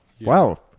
Wow